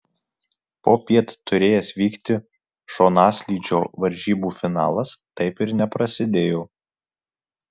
popiet turėjęs vykti šonaslydžio varžybų finalas taip ir neprasidėjo